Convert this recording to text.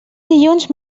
dilluns